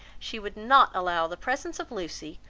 she would not allow the presence of lucy,